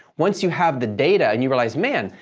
once you have the data and you realize, man,